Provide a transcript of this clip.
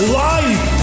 life